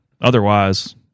otherwise